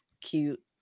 cute